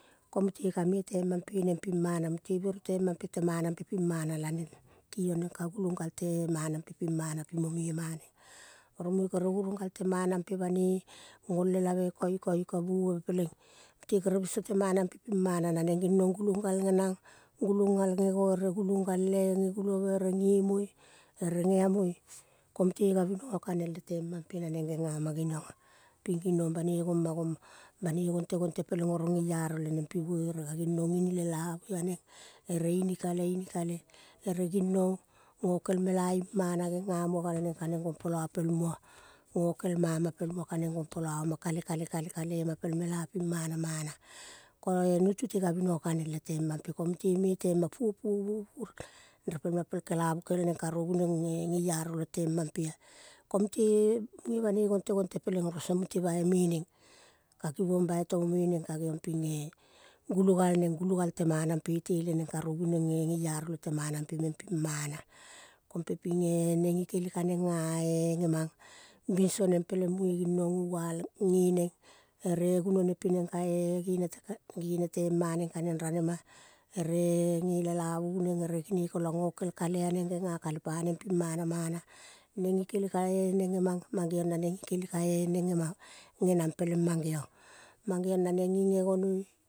Ko mute kame temam pe neng ping mana lanengea tiamong neng ka gulongal temanampe banoi ngol elaveko koikoiko buove peleng mute kere biso lemanampe ping mana na neng nginong ngulol gal ngenang, ngulol gal ngego ere ngulo ngal ngegulove ere ngiemoi ere ngeamoi. Ko mute gavinongo kaneng lete mampe na neng ngenamageniongea. Ping nginong banoi gomagoma, banoi gontegonte peleng oro ngeiaro leneng ka pibuere ka nginong inilelaniea neng ere ini kale inikale ere kineng ngokelmela mana ngena mua gal neng gompolo pel mela png mana. Koe nutu te gabinongo ka neng lelmampe pe ko mute me tema puopuopuoi repel ma pel kela vu kel neng karobu nengge ngeiaro lelemampea. Ko mute munge banoi gonte gonte peleng ko mute boi neneng, ka gibong boi lemomeneng ke ngeiong pinge gul galeng, gulogal temanan pe teleneng karobu nenge ngeiaro lete manampe meng ping mana ke pepinge neng ngikele ka neng ngae ngemang bigoneng peleng munge nginong ngoal ngeneng ere pinginanamana. Neng ngikele kaneng ngemang eremangeiong na neng ngikele ka neng ngenang peleng mangeong. Mangeong na neng nging ngegonoi.